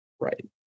Right